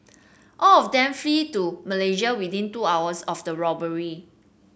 all of them flee to Malaysia within two hours of the robbery